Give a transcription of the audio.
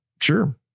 Sure